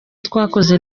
twakoze